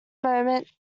moment